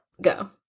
Go